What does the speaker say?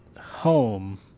home